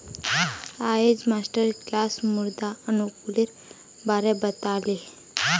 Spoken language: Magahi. अयेज मास्टर किलासत मृदा अनुकूलेर बारे बता ले